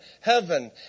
heaven